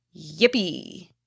Yippee